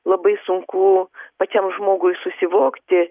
labai sunku pačiam žmogui susivokti